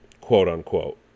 quote-unquote